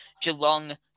geelong